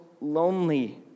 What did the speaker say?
lonely